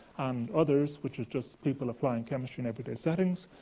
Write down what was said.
and others, which is just people applying chemistry in everyday settings.